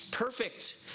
perfect